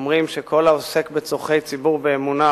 אומרים שכל העוסק בצורכי ציבור באמונה,